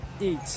eat